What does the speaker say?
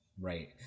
Right